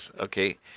okay